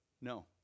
no